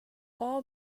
all